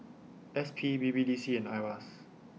S P B B D C and IRAS